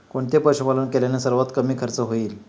कोणते पशुपालन केल्याने सर्वात कमी खर्च होईल?